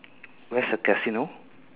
where's the casino